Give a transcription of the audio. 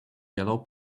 yellow